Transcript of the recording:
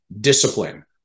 Discipline